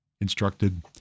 instructed